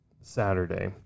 Saturday